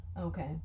Okay